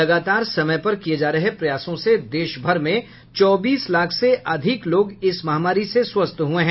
लगातार समय पर किये जा रहे प्रयासों से देशभर में चौबीस लाख से अधिक लोग इस महामारी से स्वस्थ हुए हैं